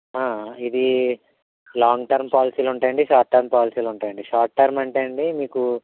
ఇది long term పాలసీలు ఉంటాయండి షార్ట్ టర్మ్ పాలసీలు ఉంటాయండి షార్ట్ టర్మ్ అంటే అండి మీకు